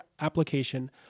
application